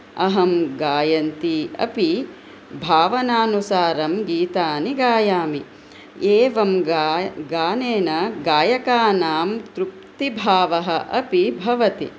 अहं गायन्ती अपि भावनानुसारं गीतानि गायामि एवं गानेन गायकानां तृप्तिभावः अपि भवति